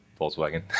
Volkswagen